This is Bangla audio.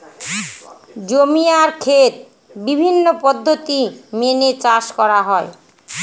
জমি আর খেত বিভিন্ন পদ্ধতি মেনে চাষ করা হয়